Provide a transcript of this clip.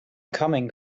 coming